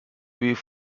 with